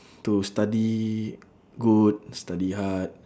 to study good study hard